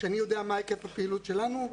כשאני יודע מה היקף הפעילות שלנו,